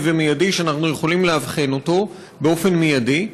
ומיידי שאנחנו יכולים לאבחן באופן מיידי,